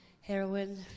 heroin